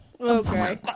Okay